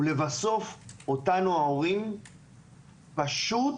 ולבסוף אותנו ההורים פשוט